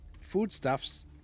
foodstuffs